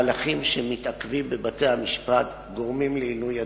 מהלכים שמתעכבים בבתי-המשפט גורמים לעינוי הדין,